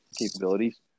capabilities